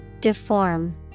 Deform